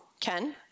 Ken